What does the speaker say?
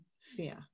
fear